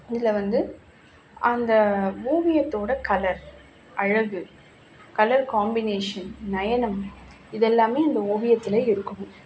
இதில் வந்து அந்த ஓவியத்தோடய கலர் அழகு கலர் காம்பினேஷன் நயனம் இதெல்லாமே அந்த ஓவியத்திலே இருக்கும்